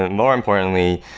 and more importantly,